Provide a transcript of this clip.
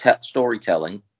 storytelling